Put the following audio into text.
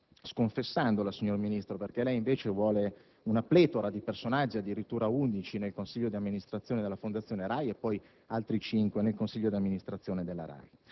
sconfessandola, signor Ministro, perché lei invece vuole una pletora di personaggi, addirittura undici, nel consiglio di amministrazione della fondazione RAI e poi altri 5 nel consiglio di amministrazione della RAI.